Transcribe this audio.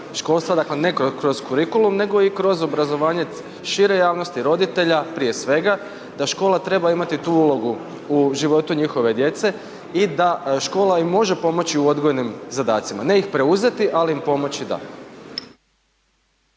školstva, dakle ne kroz kurikulum nego i kroz obrazovanje šire javnosti, roditelja prije svega, da škola treba imati tu ulogu u životu njihove djece i da škola im može pomoći u odgojnim zadacima, ne ih preuzeti ali im pomoći da.